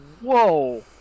Whoa